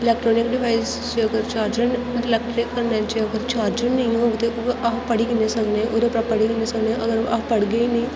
electronic device अगर charger electric कन्नै जेकर चार्जर नेईं होग ते उ'ऐ अस पढ़ी कि'यां सकने ओह्दे उप्परां पढ़ी कि'यां सकने अगर अस पढ़गे गै नेईं